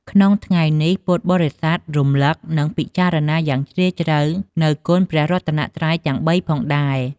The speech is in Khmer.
ក្នុងថ្ងៃនេះ ពុទ្ធបរិស័ទរំលឹក និងពិចារណាយ៉ាងជ្រាលជ្រៅនូវគុណព្រះរតនត្រ័យទាំងបីផងដែរ។